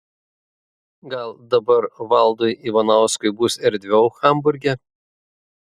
gal dabar valdui ivanauskui bus erdviau hamburge